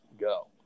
go